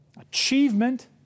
achievement